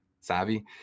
savvy